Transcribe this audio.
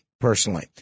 Personally